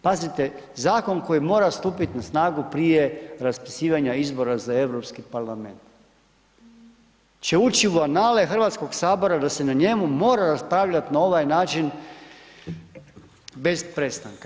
Pazite zakon koji mora stupit na snagu prije raspisivanja izbora za Europski parlament će ući u anale Hrvatskog sabora da se na njemu mora raspravljat na ovaj način bez prestanka.